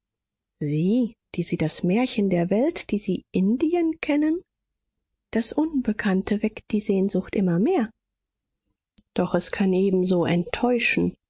sie die sie das märchen der welt die sie indien kennen das unbekannte weckt die sehnsucht immer mehr doch es kann ebenso enttäuschen